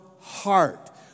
heart